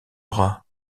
bras